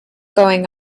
going